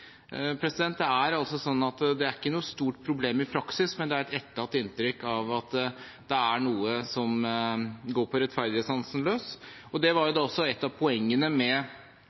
Det er ikke noe stort problem i praksis, men det er etterlatt et inntrykk av at dette er noe som går på rettferdighetssansen løs. Det var jo også et av poengene med